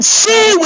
see